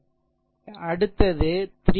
எனவே அடுத்தது 3